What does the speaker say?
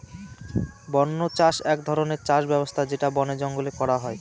বন্য চাষ এক ধরনের চাষ ব্যবস্থা যেটা বনে জঙ্গলে করা হয়